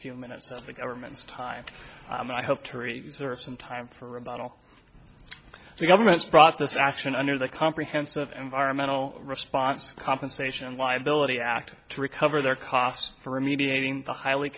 few minutes of the government's time i have to reserve some time for a bottle the government brought this action under the comprehensive environmentalists response compensation liability act to recover their costs for remediating the highly